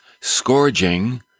scourging